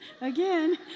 Again